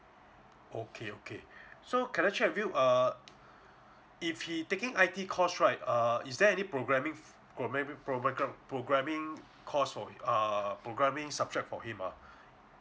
okay okay so can I check with you err if he taking I_T course right err is there any programming got maybe pro~ like um programming course for him err programming subject for him ah